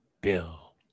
Bill